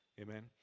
Amen